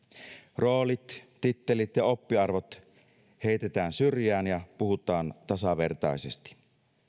roolit tittelit ja oppiarvot heitetään syrjään ja puhutaan tasavertaisesti